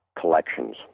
collections